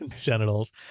genitals